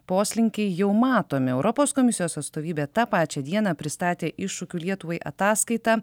poslinkiai jau matomi europos komisijos atstovybė tą pačią dieną pristatė iššūkių lietuvai ataskaitą